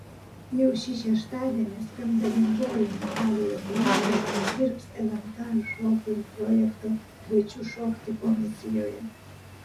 jau šį šeštadienį skandalingoji natalija zvonkė dirbs lnk šokių projekto kviečiu šokti komisijoje